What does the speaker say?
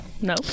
No